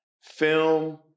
film